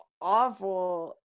awful